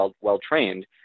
well-trained